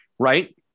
right